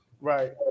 Right